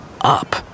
up